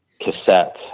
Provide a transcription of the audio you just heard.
cassette